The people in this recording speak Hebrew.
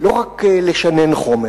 לא רק לשנן חומר.